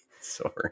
Sorry